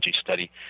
study